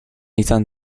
izan